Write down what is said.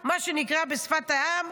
מה שנקרא בשפת העם,